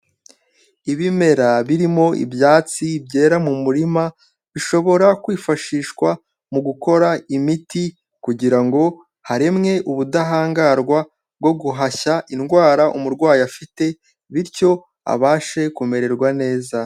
Ibimera birimo ibyatsi byera mu murima, bishobora kwifashishwa mu gukora imiti kugira ngo haremwe ubudahangarwa bwo guhashya indwara umurwayi afite bityo abashe kumererwa neza.